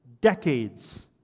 decades